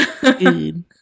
good